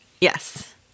Yes